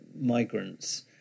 migrants